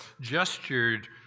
gestured